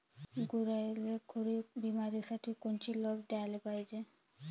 गुरांइले खुरी बिमारीसाठी कोनची लस द्याले पायजे?